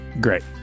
Great